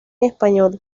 español